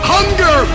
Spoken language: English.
Hunger